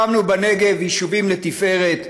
הקמנו בנגב יישובים לתפארת,